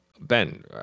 Ben